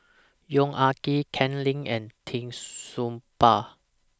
Yong Ah Kee Ken Lim and Tee Soon Ba